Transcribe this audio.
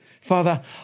Father